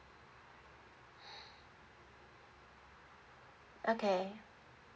okay